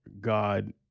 God